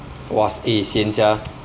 !wah! eh sian sia